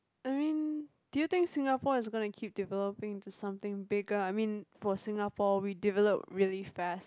I mean do you think Singapore is gonna keep developing to something bigger I mean for Singapore we develop really fast